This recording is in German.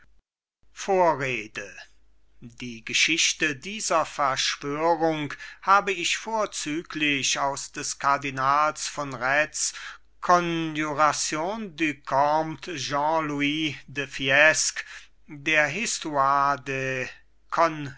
vorrede die geschichte dieser verschwörung habe ich vorzüglich aus des kardinals von retz conjuration du comte jean